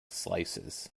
slices